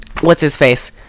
What's-his-face